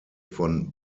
von